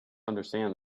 understand